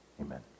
Amen